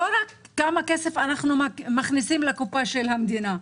רק כמה כסף אנחנו מכניסים לקופה של המדינה.